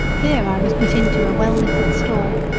here i was put into a well-littered stall,